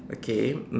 okay